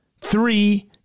Three